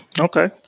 Okay